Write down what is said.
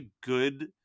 good